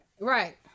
Right